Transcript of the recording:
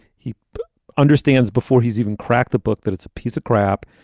he understands before he's even cracked the book that it's a piece of crap,